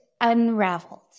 unraveled